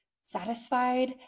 satisfied